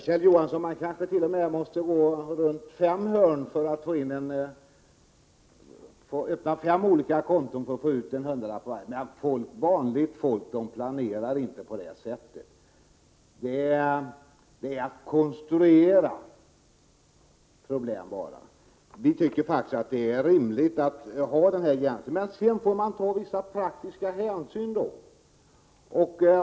Herr talman! Kjell Johansson, man kanske måste gå runt fem hörn och öppna fem konton för att få ut en hundralapp. Men vanligt folk planerar inte på så sätt. Det är att konstruera problem. Vi tycker faktiskt att det är rimligt att ha denna gräns. Men man får ta vissa praktiska hänsyn.